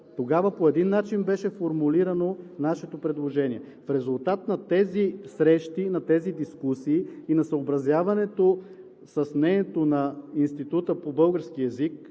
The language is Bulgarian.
Тогава по един начин беше формулирано нашето предложение. В резултат на тези срещи, на тези дискусии и на съобразяването с мнението на Института по български език